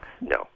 No